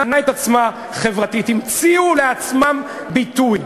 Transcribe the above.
המציאו לעצמם ביטוי: